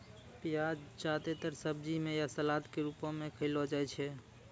प्याज जादेतर सब्जी म या सलाद क रूपो म खयलो जाय छै